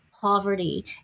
poverty